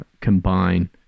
combine